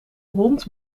hond